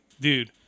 dude